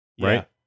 right